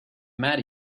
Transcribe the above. met